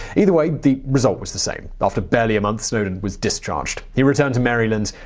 either way, the result was the same. after barely a month, snowden was discharged. he returned to maryland,